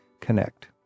connect